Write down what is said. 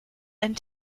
and